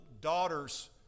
daughter's